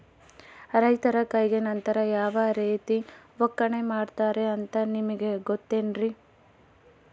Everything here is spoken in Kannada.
ರೈತರ ಕೈಗೆ ನಂತರ ಯಾವ ರೇತಿ ಒಕ್ಕಣೆ ಮಾಡ್ತಾರೆ ಅಂತ ನಿಮಗೆ ಗೊತ್ತೇನ್ರಿ?